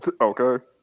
Okay